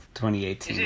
2018